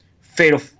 Fatal